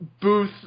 Booth